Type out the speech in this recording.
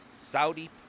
Saudi